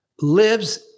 lives